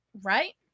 right